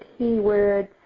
keywords